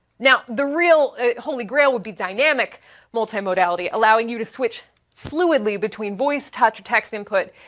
now, the real holy grail would be dynamic multimodality, allowing you to switch fluidly between voice, touch, text input,